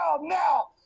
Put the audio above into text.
now